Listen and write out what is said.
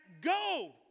go